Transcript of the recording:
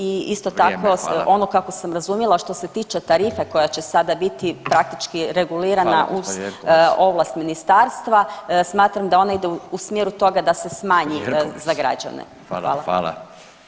I isto tako ono [[Upadica: Vrijeme, hvala.]] kako sam razumjela što se tiče tarife koja će sada biti praktički regulirana [[Upadica: Hvala gospođo Jelkovac.]] uz ovlast ministarstva, smatram da ona ime u smjeru toga da se smanji za građane.